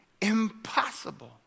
impossible